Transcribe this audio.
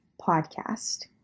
podcast